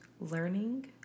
learning